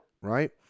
Right